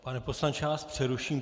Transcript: Pane poslanče, já vás přeruším.